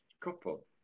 couple